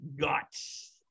guts